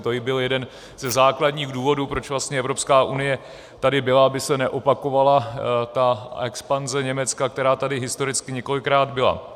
To byl jeden ze základních důvodů, proč tady vlastně Evropská unie byla, aby se neopakovala expanze Německa, která tady historicky několikrát byla.